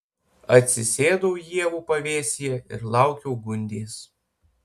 atsisėdau ievų pavėsyje ir laukiau gundės